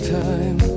time